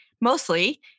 mostly